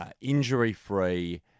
Injury-free